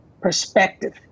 perspective